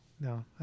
no